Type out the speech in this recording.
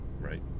right